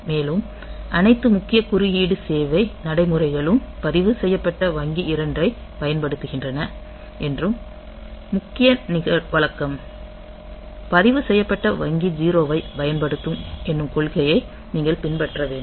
மேலும் அனைத்து முக்கிய குறுக்கீடு சேவை நடைமுறைகளும் பதிவுசெய்யப்பட்ட வங்கி 2 ஐப் பயன்படுத்துகின்றன என்றும் முக்கிய வழக்கம் பதிவு செய்யப்பட்ட வங்கி 0 ஐப் பயன்படுத்தும் என்னும் கொள்கையை நீங்கள் பின்பற்ற வேண்டும்